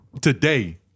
today